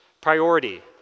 priority